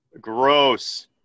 Gross